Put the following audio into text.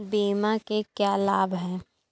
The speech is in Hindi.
बीमा के क्या लाभ हैं?